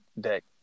deck